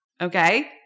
okay